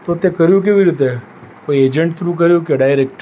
તો તે કર્યું કેવી રીતે કોઈ એજન્ટ થ્રુ કર્યું કે ડાયરેક